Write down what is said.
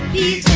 e